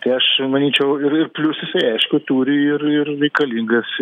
tai aš manyčiau ir ir plius jisai aišku turi ir ir reikalingas